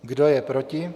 Kdo je proti?